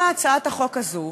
באה הצעת החוק הזאת,